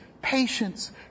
Patience